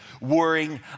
worrying